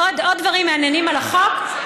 עוד דברים מעניינים על החוק,